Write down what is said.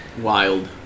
Wild